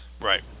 Right